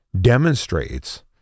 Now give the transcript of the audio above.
demonstrates